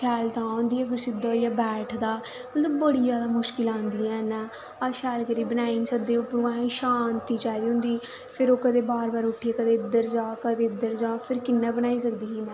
शैल तां होंदी अगर सिद्धा होइयै बैठदा मतलब बड़ी जादा मुश्कल आंदियां इ'यां अह् शैल करियै बनाई निं सकदे ओप्परूं असें गी शांति च चाहिदी होंदी फिर ओह् कदें बाह्र जा उठियै कदे इधर जा कदें उधर जा फेर कि'यां बनाईं सकदी ही मैं